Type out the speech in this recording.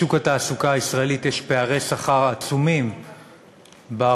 בשוק התעסוקה הישראלי יש פערי שכר עצומים בחברות,